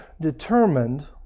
determined